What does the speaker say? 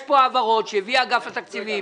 יש פה העברות שהביא אגף התקציבים,